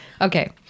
Okay